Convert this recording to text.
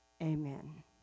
Amen